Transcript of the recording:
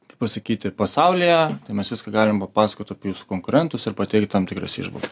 kaip pasakyti pasaulyje tai mes viską galim papasakot apie jūsų konkurentus ir pateikt tam tikras įžvalgas